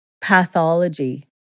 pathology